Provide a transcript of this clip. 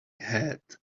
head